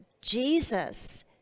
Jesus